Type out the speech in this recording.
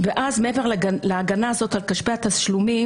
ואז מעבר להגנה הזאת על כספי התשלומים,